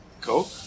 coke